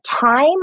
time